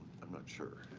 i'm not sure.